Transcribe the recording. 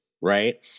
Right